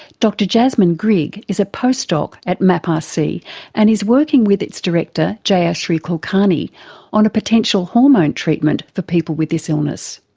dr jasmin grigg is a postdoc at maprc and is working with its director jayashri kulkarni on a potential hormone treatment for people with this illness.